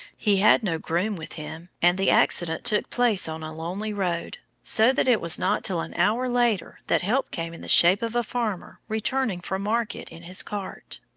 he had no groom with him, and the accident took place on a lonely road, so that it was not till an hour later that help came, in the shape of a farmer returning from market in his cart.